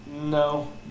No